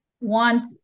want